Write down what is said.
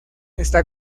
está